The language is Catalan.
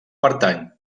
pertany